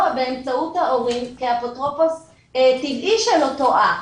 באמצעות ההורים כאפוטרופוס טבעי של אותו אח,